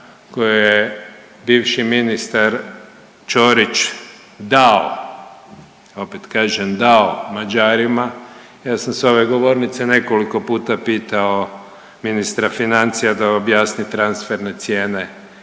koja je bivši ministar Ćorić dao, opet kažem dao Mađarima, ja sam s ove govornice nekoliko puta pitao ministra financija da objasni transferne cijene